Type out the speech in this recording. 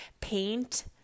paint